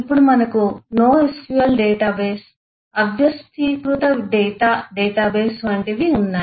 ఇప్పుడు మనకు no SQL database అవ్యవస్థీకృత డేటా డేటాబేస్ వంటివి ఉన్నాయి